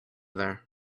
there